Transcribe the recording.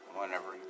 whenever